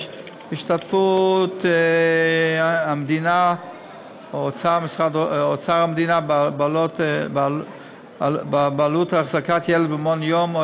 6. השתתפות המדינה או אוצר המדינה בעלות החזקת ילד במעון-יום או